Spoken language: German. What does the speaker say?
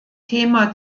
thema